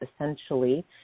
essentially